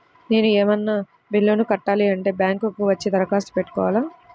నేను ఏమన్నా బిల్లును కట్టాలి అంటే బ్యాంకు కు వచ్చి దరఖాస్తు పెట్టుకోవాలా?